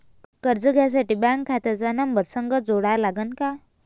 कर्ज घ्यासाठी बँक खात्याचा नंबर संग जोडा लागन का?